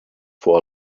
for